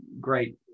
great